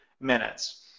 minutes